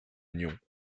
nyons